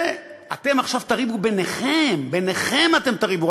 ואתם עכשיו תריבו ביניכם, ביניכם אתם תריבו.